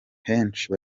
henshi